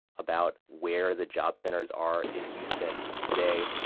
about where the job centers are in houston today,